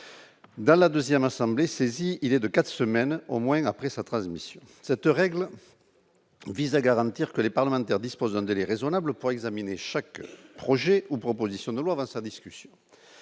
dans la 2ème assemblée saisie, il est de 4 semaines au moins après sa transmission cette règle vise à garantir que les parlementaires disposent d'un délai raisonnable pour examiner chaque projet ou proposition de loi va sa discussion